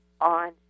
on